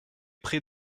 prés